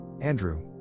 Andrew